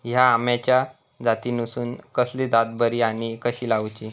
हया आम्याच्या जातीनिसून कसली जात बरी आनी कशी लाऊची?